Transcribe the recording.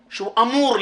שאאפשר.